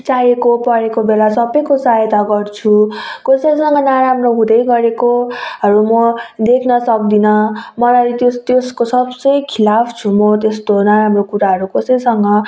चाहेको परेको बेला सबैको सहायता गर्छु कसैसँग नराम्रो हुँदै गरेको हरू म देख्न सक्दिनँ मलाई त्यो त्यसको सबसे खिलाफ छु म त्यस्तो नराम्रो कुराहरूको कसैसँग